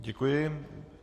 Děkuji.